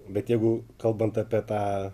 bet jeigu kalbant apie tą